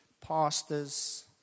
pastors